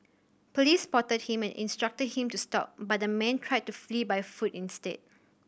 police spotted him and instructed him to stop but the man tried to flee by foot instead